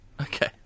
Okay